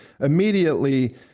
immediately